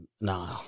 No